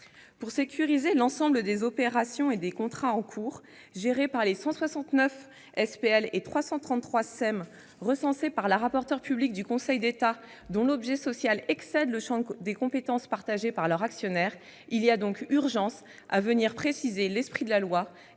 pour sécuriser l'ensemble des opérations et des contrats en cours gérés par les 169 SPL et les 333 SEM, recensées par la rapporteure publique du Conseil d'État, dont l'objet social excède le champ des compétences partagées par leurs actionnaires, il y a urgence à venir préciser l'esprit de la loi et la volonté